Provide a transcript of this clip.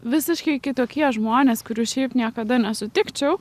visiškai kitokie žmonės kurių šiaip niekada nesutikčiau